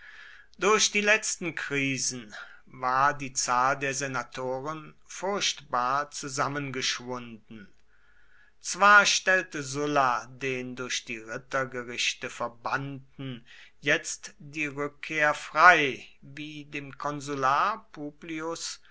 durch die letzten krisen war die zahl der senatoren furchtbar zusammengeschwunden zwar stellte sulla den durch die rittergerichte verbannten jetzt die rückkehr frei wie dem konsular publius